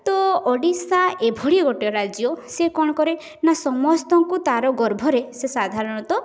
ତ ଓଡ଼ିଶା ଏଭଳି ଗୋଟେ ରାଜ୍ୟ ସିଏ କ'ଣ କରେ ନା ସମସ୍ତଙ୍କୁ ତାର ଗର୍ଭରେ ସେ ସାଧାରଣତଃ